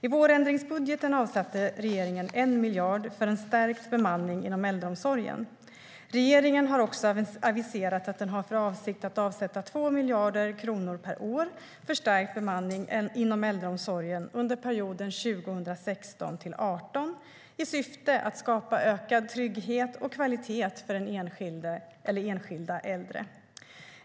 I vårändringsbudgeten avsatte regeringen 1 miljard för en stärkt bemanning inom äldreomsorgen. Regeringen har också aviserat att den har för avsikt att avsätta 2 miljarder kronor per år för stärkt bemanning inom äldreomsorgen under perioden 2016-2018 i syfte att skapa ökad trygghet och kvalitet för den enskilda äldre.